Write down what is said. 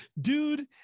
dude